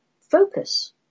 focus